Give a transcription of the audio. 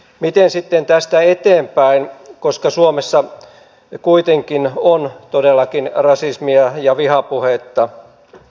miten sitten tästä eteenpäin koska suomessa kuitenkin on todellakin rasismia ja vihapuhetta